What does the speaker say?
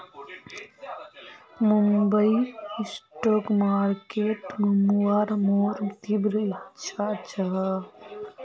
Bombay stock market घुमवार मोर तीव्र इच्छा छ